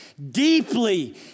Deeply